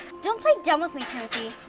don't play dumb with me, timothy.